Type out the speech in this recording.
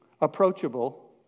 approachable